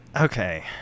okay